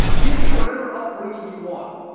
give me whatever upbringing you want.